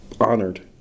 honored